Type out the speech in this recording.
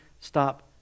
stop